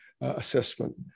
Assessment